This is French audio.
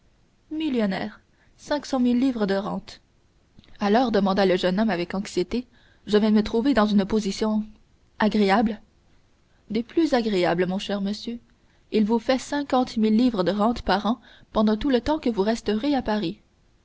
millionnaire cinq cent mille livres de rente alors demanda le jeune homme avec anxiété je vais me trouver dans une position agréable des plus agréables mon cher monsieur il vous fait cinquante mille livres de rente par an pendant tout le temps que vous resterez à paris